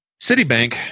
Citibank